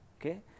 Okay